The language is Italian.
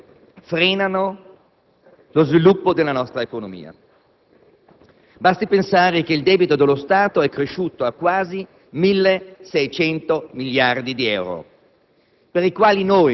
problemi frenano lo sviluppo della nostra economia. Basti pensare che il debito dello Stato è cresciuto a quasi 1.600 miliardi di euro,